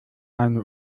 eine